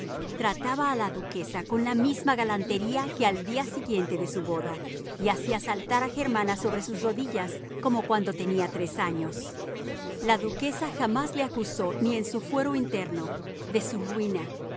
trataba a la duquesa con la misma galantería que al día siguiente de la boda y hacía saltar a germana sobre sus rodillas como cuando tenía tres años la duquesa jamás le acusó ni en su fuero interno de su ruina